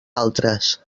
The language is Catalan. altres